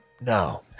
no